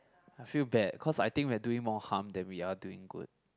I feel bad cause I think we are doing more harm than we are doing good